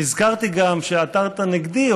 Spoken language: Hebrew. נזכרתי גם שעתרת נגדי,